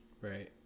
Right